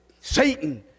satan